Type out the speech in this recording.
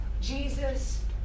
Jesus